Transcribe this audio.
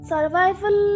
Survival